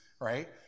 right